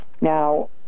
Now